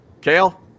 Kale